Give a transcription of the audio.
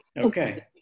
Okay